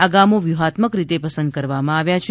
આ ગામો વ્યૂહાત્મક રીતે પસંદ કરવામાં આવ્યા છે